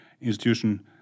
institution